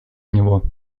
него